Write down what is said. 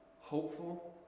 hopeful